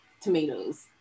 Tomatoes